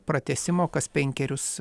pratęsimo kas penkerius